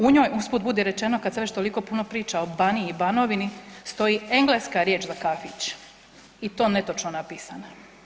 U njoj usput budi rečeno kad se već toliko priča o Baniji i Banovini stoji engleska riječ za kafić i to netočno napisana.